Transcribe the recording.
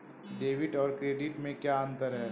Debit और credit में क्या अंतर है?